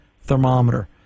thermometer